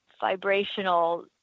vibrational